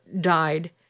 died